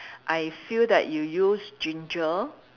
I feel that you use ginger